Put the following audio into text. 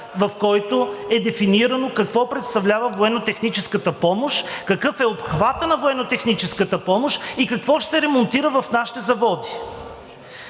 в който е дефинирано какво представлява военнотехническата помощ, какъв е обхватът на военнотехническата помощ и какво ще се ремонтира в нашите заводи?